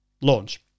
launch